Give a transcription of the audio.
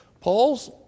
Paul's